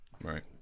Right